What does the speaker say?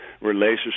relationship